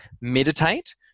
meditate